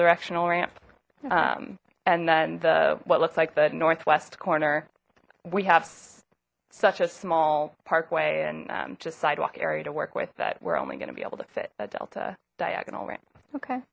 directional ramp and then the what looks like the northwest corner we have such a small parkway and just sidewalk area to work with that we're only going to be able to fit a delta diagonal ramp okay